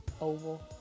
oval